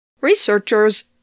researchers